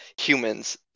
humans